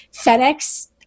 FedEx